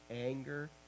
anger